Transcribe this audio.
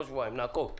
לא שבועיים נעקוב.